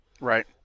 right